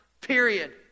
period